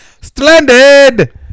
Stranded